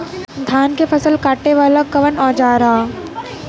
धान के फसल कांटे वाला कवन औजार ह?